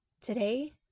today